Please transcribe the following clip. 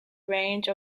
range